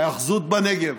ההיאחזות בנגב,